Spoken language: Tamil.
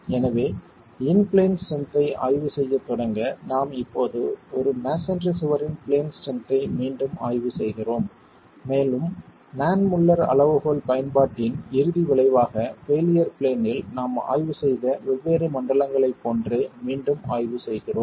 எனவே இன் பிளேன் ஸ்ட்ரென்த் ஐ ஆய்வு செய்யத் தொடங்க நாம் இப்போது ஒரு மஸோன்றிச் சுவரின் பிளேன் ஸ்ட்ரென்த் ஐ மீண்டும் ஆய்வு செய்கிறோம் மேலும் மேன் முல்லர் அளவுகோல் பயன்பாட்டின் இறுதி விளைவாக பெயிலியர் பிளேன் இல் நாம் ஆய்வு செய்த வெவ்வேறு மண்டலங்களைப் போன்றே மீண்டும் ஆய்வு செய்கிறோம்